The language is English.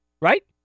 right